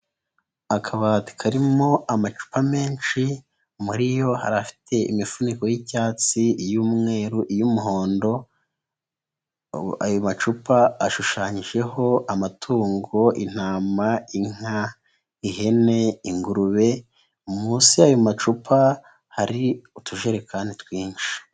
Akabati karimo amacupa menshi muri yo hari afite imifuniko y'icyatsi, iy'umweru, iy'umuhondo, ayo macupa ashushanyijeho amatungo intama, inka, ihene, ingurube, munsi y'ayo macupa hari utujerekani twinshi.